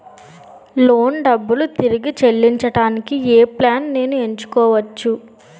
Loan డబ్బులు తిరిగి చెల్లించటానికి ఏ ప్లాన్ నేను ఎంచుకోవచ్చు?